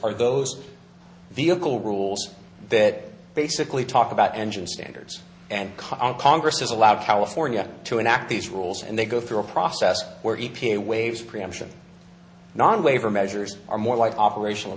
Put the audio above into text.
are those vehicle rules that basically talk about engine standards and con congress has allowed california to enact these rules and they go through a process where e p a waives preemption non waiver measures are more like operational